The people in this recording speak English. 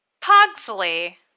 Pugsley